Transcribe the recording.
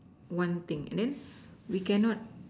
one thing and then we cannot